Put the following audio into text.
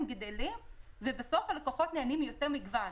גדלים והלקוחות נהנים מיותר מגוון.